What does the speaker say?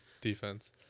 defense